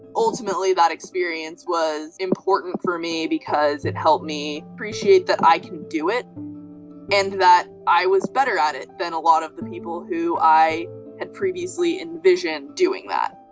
ultimately, that experience was important for me because it helped me appreciate that i can do it and that i was better at it than a lot of the people who i had previously envisioned doing that.